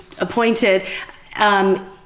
appointed